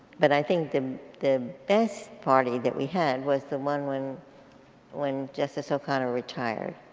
but i think the the best party that we had was the one when when justice o'connor retired.